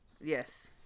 yes